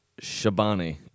Shabani